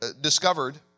discovered